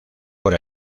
por